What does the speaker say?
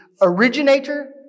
originator